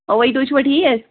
اَوَے تُہۍ چھُوا ٹھیٖک